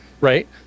right